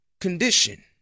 condition